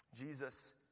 Jesus